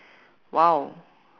!wow!